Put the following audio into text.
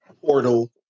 portal